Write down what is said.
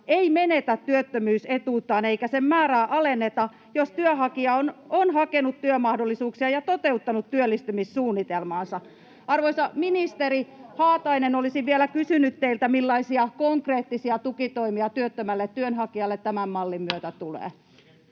ei menetä työttömyysetuuttaan eikä sen määrää alenneta, jos työnhakija on hakenut työmahdollisuuksia ja toteuttanut työllistymissuunnitelmaansa. Arvoisa ministeri Haatainen, olisin vielä kysynyt teiltä: millaisia konkreettisia tukitoimia työttömälle työnhakijalle tämän mallin myötä tulee?